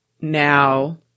now